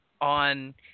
on